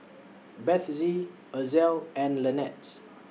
Bethzy Ozell and Lynette